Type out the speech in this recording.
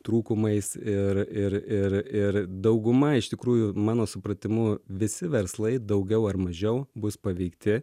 trūkumais ir ir ir ir dauguma iš tikrųjų mano supratimu visi verslai daugiau ar mažiau bus paveikti